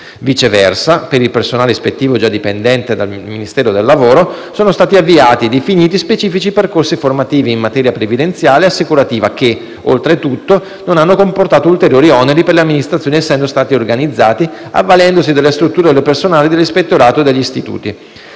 Viceversa, per il personale ispettivo già dipendente dal Ministero del lavoro e delle politiche sociali sono stati avviati e definiti specifici percorsi formativi in materia previdenziale e assicurativa che, oltretutto, non hanno comportato ulteriori oneri per l'amministrazione, essendo stati organizzati avvalendosi delle strutture e del personale dell'Ispettorato e degli istituti.